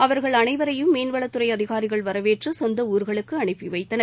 அவர்கள் அனைவரையும் மீன்வளத்துறை அதிகாரிகள் வரவேற்று சொந்த ஊர்களுக்கு அனுப்பி வைத்தனர்